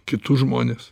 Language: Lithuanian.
kitus žmones